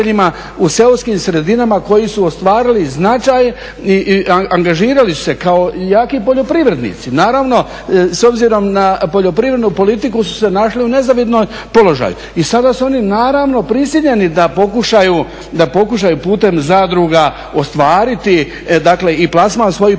u seoskim sredinama koji su ostvarili značaj i angažirali su se kao jaki poljoprivrednici. Naravno s obzirom na poljoprivrednu politiku su se našli u nezavidnom položaju. I sada su oni naravno prisiljeni da pokušaju putem zadruga ostvariti dakle i plasman svojih proizvoda,